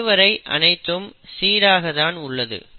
இதுவரை அனைத்தும் சீராக தான் உள்ளது